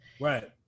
right